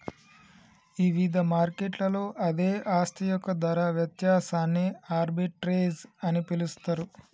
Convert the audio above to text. ఇవిధ మార్కెట్లలో అదే ఆస్తి యొక్క ధర వ్యత్యాసాన్ని ఆర్బిట్రేజ్ అని పిలుస్తరు